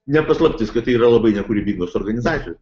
ne paslaptis kad tai yra labai nekūrybingos organizacijos